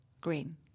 green